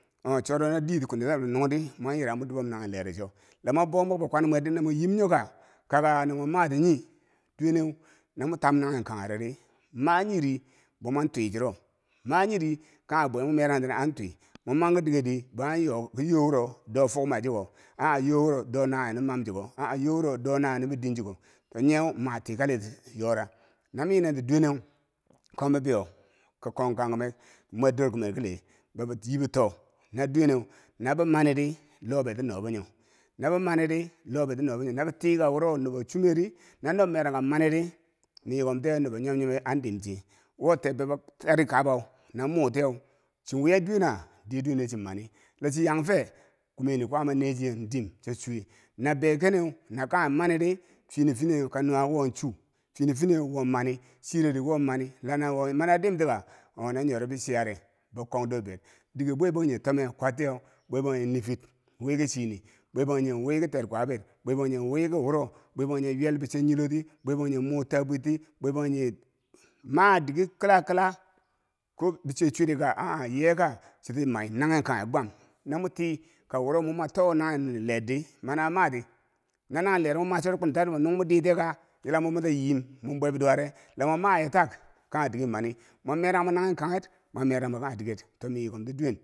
Hoo choro na didiim kweniyob chilobbo nung ri mon yira mo dubom nanghen lee ro cho no lamwa bou mwiki bi kwan mwer di na mo nyim nyo ka? kakaa na mwa mati nyi? duweneu na me tamnanghen kanghe rori ma- nyiri bomwan twii chiro maa- nyiri kanghe bwe mo merang tenneu an twii mo man kidiker di bohan yo ki yo wuro, do fukma chugo ha- ha yo wuro do nawenin mab chugo ha- ha yo woro do nawenin bidin chugo cho- nyeu ma tikaliti nyora na mayinenti duweneu kom bibibyo kokom kanhemek komwer dorkumero kile bobiyi boto no doweneu nabi manidi lobe kenobo nyo- nabo manidi lobe kenobo nyo noba tii ka woro nubo chummeri na nob marankabi maniri meyikom tiye nubo nyom nyome andim che wo tebbe bo teri kikabau na mutiyau chinwi duwena? deye duwene chinmani lachi yangfe? komeniu kwaama ne chiyeu diim cho chuwe nabe keneu na kanghe mane di fini fini yeu kanuwaki won cho fini finiyeu wo mani chiredi wo mana la na wo mana dimtika ooh no nyo ri bo chiyare bo kong dorbed dike bwa bangjinghe tome kwattiyeu bwa bangjinghe niifir wi ki chiini, bwa bangjinghe wi ki ter kwabir bwa bangjinghe wi ki wuro bwa bangjinghe ywel bechen nyeloh tii bwa bangjinghe muu tabwit ti bwe bangjinghe ma dike kilakila ko bo chwit chwerit kaa ye ka, chiti man nanghen kanghenr gwam namo tii kawuro mwi mo too naghen lee di manaa mati na nanghen leero moma choro kwinitaar chilumbo nung moditiyeka yila mo mwa ta yiim mon bwa biduware lamo mayetak kanghe diker mani momerangbo naghen kangher momerangbo kanghe diker to mayi kom ti duwen.